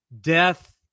Death